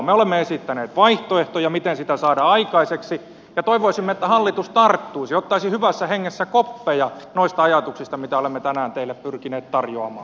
me olemme esittäneet vaihtoehtoja miten sitä saadaan aikaiseksi ja toivoisimme että hallitus tarttuisi niihin ottaisi hyvässä hengessä koppeja noista ajatuksista mitä olemme tänään teille pyrkineet tarjoamaan